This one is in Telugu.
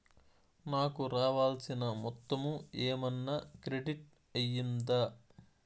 నాకు రావాల్సిన మొత్తము ఏమన్నా క్రెడిట్ అయ్యిందా